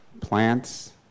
plants